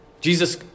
Jesus